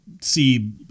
see